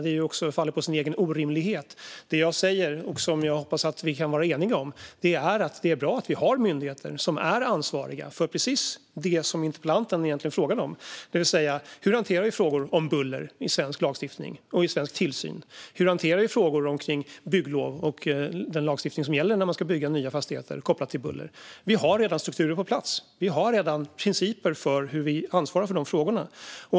Det faller på sin egen orimlighet. Det jag säger, och som jag hoppas att vi kan vara eniga om, är att det är bra att myndigheter är ansvariga för precis det som interpellanten frågade om, det vill säga hur vi hanterar frågor om buller i svensk lagstiftning och i svensk tillsyn, hur vi hanterar frågor om bygglov och den lagstiftning som gäller när nya fastigheter ska byggas kopplat till buller. Det finns redan strukturer på plats. Det finns redan principer för hur vi ansvarar för frågorna.